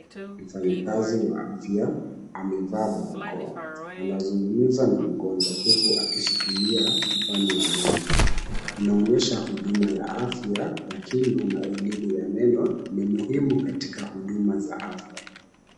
Mfanyikazi wa afya amevaa barakoa. Anazungumza na mgonjwa huku akishikilia mfano wa meno. Inaonyesha huduma ya afya ya kinywa na elimu ya meno ni muhimu katika huduma za afya.